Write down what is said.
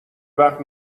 وقت